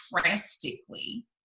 drastically